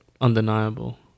undeniable